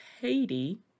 Haiti